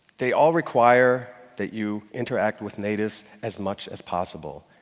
they all require that you interact with natives as much as possible.